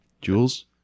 jules